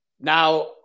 Now